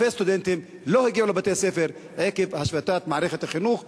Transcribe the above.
אלפי סטודנטים לא הגיעו לבתי-הספר עקב השבתת מערכת החינוך,